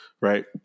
right